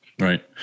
Right